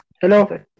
Hello